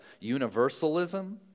universalism